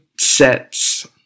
sets